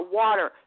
water